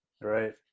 Right